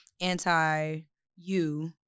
anti-you